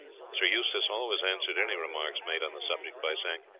sir eustace always answered any remarks made on the subject by saying,